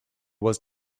was